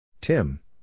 Tim